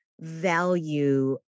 value